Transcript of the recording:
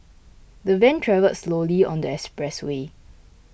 the van travelled slowly on the expressway